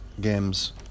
games